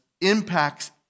impacts